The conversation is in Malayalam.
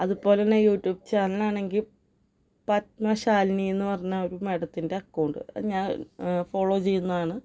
അതുപോലെ തന്നെ യൂട്യൂബ് ചാനൽ ആണെങ്കിൽ പത്മശാലിനി എന്ന് പറഞ്ഞൊരു മേഡത്തിൻ്റെ അക്കൗണ്ട് അത് ഞാൻ ഫോളോ ചെയ്യുന്നതാണ്